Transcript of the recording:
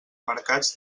mercats